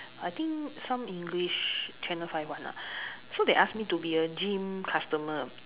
I think some English channel five [one] lah so they ask me to be a gym customer